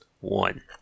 one